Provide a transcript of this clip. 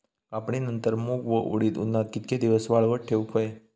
कापणीनंतर मूग व उडीद उन्हात कितके दिवस वाळवत ठेवूक व्हये?